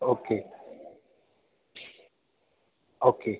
okay okay